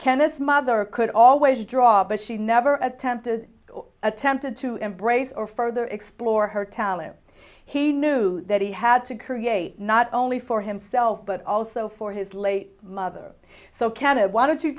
canis mother could always draw but she never attempted attempted to embrace or further explore her talents he knew that he had to create not only for himself but also for his late mother so khanna why don't you